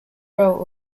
role